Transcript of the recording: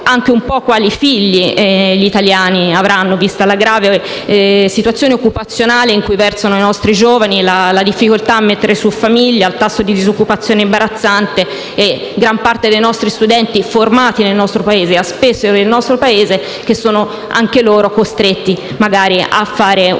chiedo quali figli gli italiani avranno, vista la grave situazione occupazionale in cui versano i nostri giovani, la difficoltà a mettere su famiglia e il tasso di disoccupazione imbarazzante. Gran parte dei nostri studenti, formati nel nostro Paese, a spese del nostro Paese, sono, anche loro, costretti a fare un